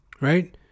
Right